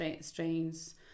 strains